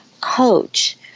coach